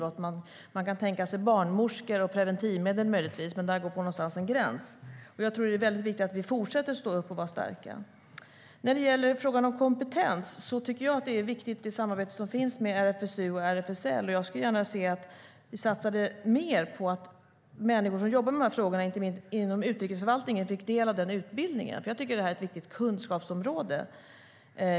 Man kan möjligtvis tänka sig barnmorskor och preventivmedel. Men där går någonstans en gräns. Det är väldigt viktigt att vi fortsätter att stå upp och vara starka. När det gäller frågan om kompetens är det samarbete som finns med RFSU och RFSL viktigt. Jag skulle gärna se att vi satsade mer på att människor som jobbar med dessa frågor inte minst inom utrikesförvaltningen fick del av den utbildningen. Det är ett viktigt kunskapsområde.